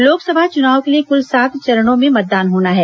लोकसभा चुनाव के लिए कूल सात चरणों में मतदान होना है